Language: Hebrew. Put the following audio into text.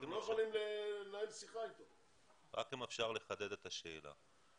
אם אפשר לחדד את השאלה,